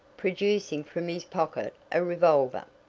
producing from his pocket a revolver.